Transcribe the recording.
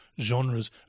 genres